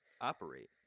operate